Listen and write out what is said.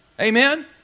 Amen